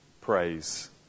praise